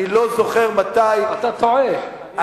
אני לא זוכר מתי, אתה טועה.